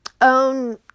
own